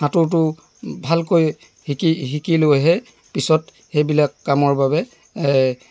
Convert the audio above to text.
সাঁতোৰটো ভালকৈ শিকি শিকিলৈহে পিছত সেইবিলাক কামৰ বাবে